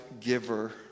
giver